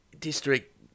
District